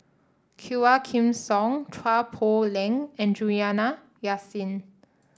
Quah Kim Song Chua Poh Leng and Juliana Yasin